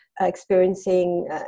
experiencing